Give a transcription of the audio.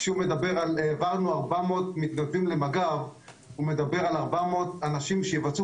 כשהוא מדבר על העברנו 400 מתנדבים למג"ב הוא מדבר על 400 אנשים שיבצעו